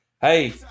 Hey